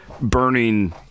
burning